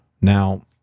Now